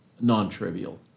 non-trivial